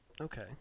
okay